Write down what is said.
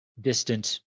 distant